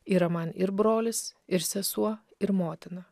yra man ir brolis ir sesuo ir motina